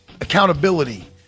accountability